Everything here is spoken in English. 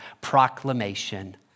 proclamation